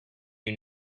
you